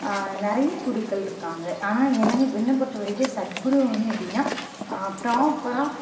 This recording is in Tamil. நிறைய குருக்கள் இருக்காங்க ஆனால் என என்னை பொறுத்தவரைக்கும் சத்குரு வந்து எப்படின்னா ப்ராப்பராக